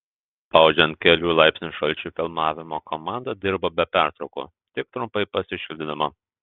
spaudžiant kelių laipsnių šalčiui filmavimo komanda dirbo be pertraukų tik trumpai pasišildydama